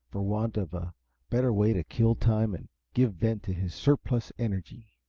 for want of a better way to kill time and give vent to his surplus energy.